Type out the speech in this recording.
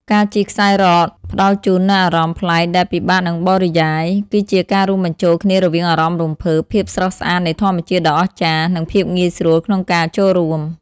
ការជិះខ្សែរ៉កផ្ដល់ជូននូវអារម្មណ៍ប្លែកដែលពិបាកនឹងបរិយាយ គឺជាការរួមបញ្ចូលគ្នារវាងអារម្មណ៍រំភើប ភាពស្រស់ស្អាតនៃធម្មជាតិដ៏អស្ចារ្យ និងភាពងាយស្រួលក្នុងការចូលរួម។